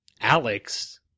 Alex